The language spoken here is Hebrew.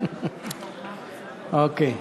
אוקיי.